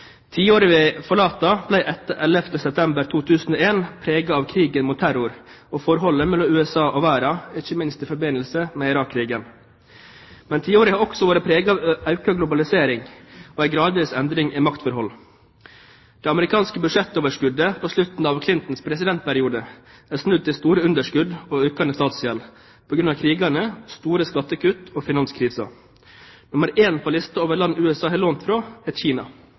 vi forlater, ble etter 11. september 2001 preget av krigen mot terror og forholdet mellom USA og verden, ikke minst i forbindelse med Irak-krigen. Tiåret har også vært preget av økt globalisering og en gradvis endring i maktforhold. Det amerikanske budsjettoverskuddet på slutten av Clintons presidentperiode er snudd til store underskudd og økende statsgjeld på grunn av krigene, store skattekutt og finanskrisen. Nummer én på listen over land USA har lånt fra, er Kina.